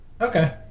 Okay